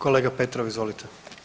Kolega Petrov, izvolite.